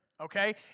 Okay